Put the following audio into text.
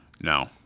No